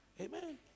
Amen